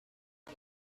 his